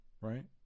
Right